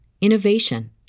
innovation